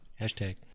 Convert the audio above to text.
Hashtag